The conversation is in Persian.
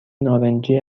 نارنجی